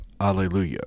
Alleluia